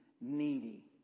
needy